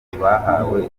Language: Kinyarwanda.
bahawe